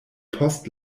post